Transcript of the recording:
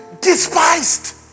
despised